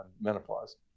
menopause